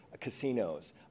casinos